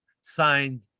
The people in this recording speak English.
signed